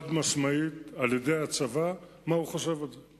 חד-משמעית על-ידי הצבא, מה הוא חושב על זה,